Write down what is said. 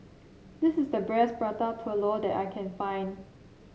this is the Prata Telur that I can find